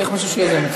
צריך מישהו מהיוזמים.